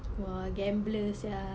!wah! gambler sia